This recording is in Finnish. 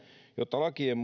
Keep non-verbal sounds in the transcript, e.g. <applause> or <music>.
jotta lakien <unintelligible>